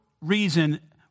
reason